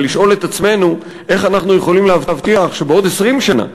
אבל לשאול את עצמנו איך אנחנו יכולים להבטיח שבעוד 20 שנה,